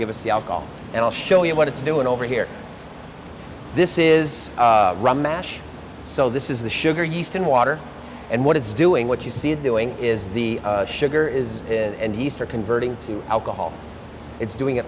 give us the alcohol and i'll show you what it's doing over here this is run mash so this is the sugar yeast in water and what it's doing what you see it doing is the sugar is and easter converting to alcohol it's doing it